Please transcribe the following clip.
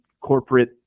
corporate